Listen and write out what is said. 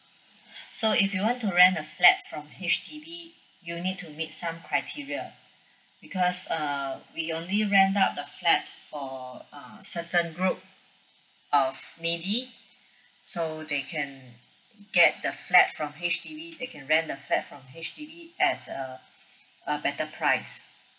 so if you want to rent a flat from H_D_B you need to meet some criteria because err we only rent up the flat for err certain group of maybe so they can get the flat from H_D_B they can rent the flat from H_D_B at uh a better price